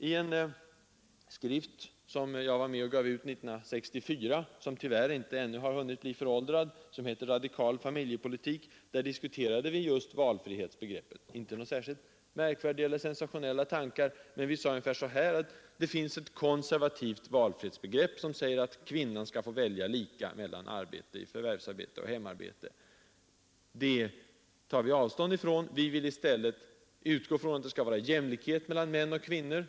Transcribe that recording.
I en skrift som jag var med och gav ut 1964, som tyvärr ännu inte hunnit bli föråldrad och som he er ”Radikal familjepolitik”, diskuterade vi just valfrihetsbegreppet. Där fanns inga särskilt märkvärdiga eller sensationella tankar, men vi sade ungefär så här: Det finns ett konservativt valfrihetsbegrepp som innebär att kvinnan skall få välja lika mellan förvärvsarbete och hemarbete. Det tar vi avstånd ifrån. Vi vill i stället utgå från att det skall vara jämlikhet mellan män och kvinnor.